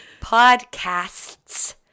podcasts